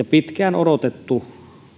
pitkään odotettu